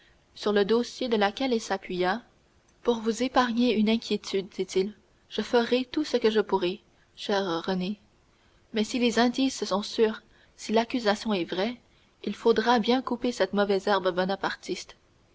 sur le dossier de laquelle il s'appuya pour vous épargner une inquiétude dit-il je ferai tout ce que je pourrai chère renée mais si les indices sont sûrs si l'accusation est vraie il faudra bien couper cette mauvaise herbe bonapartiste